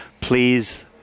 please